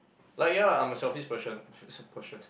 like ya lah I'm a selfish person person